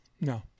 No